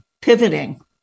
pivoting